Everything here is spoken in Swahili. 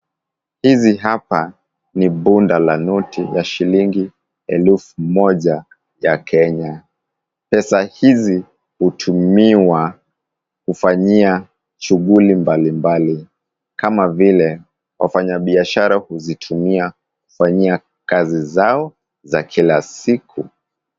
Hizi hapa ni bunda la noti za shilingi elfu moja ya Kenya. Pesa hizi hutumiwa kufanyia shughuli mbalimbali kama vile wafanyabiashara huzitumia kufanyia kazi zao za kila siku.